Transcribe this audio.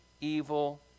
evil